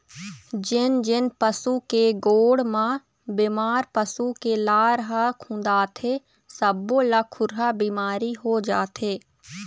जेन जेन पशु के गोड़ म बेमार पसू के लार ह खुंदाथे सब्बो ल खुरहा बिमारी हो जाथे